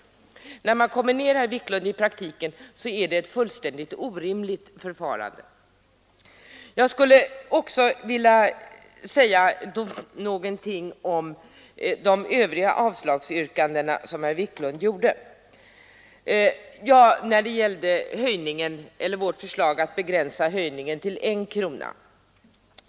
I praktiken blir det här ett fullständigt orimligt förfarande, herr Wiklund. Jag vill säga några ord även om herr Wiklunds avslagsyrkande på vårt förslag att begränsa höjningen till 1 krona.